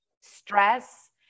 stress